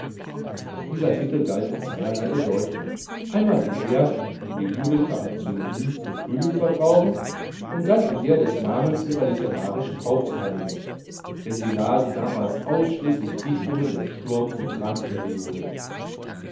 dieser titel galt in zweierlei bedeutung einmal in der wie ihn die lyriker als synonym für frühling verbrauchen und dann in der des namens ihres literarischen hauptheiligen denn sie lasen damals ausschließlich dichtungen der sturm und